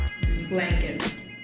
blankets